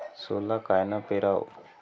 सोला कायनं पेराव?